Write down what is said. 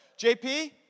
JP